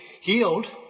healed